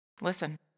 listen